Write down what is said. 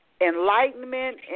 enlightenment